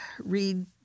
read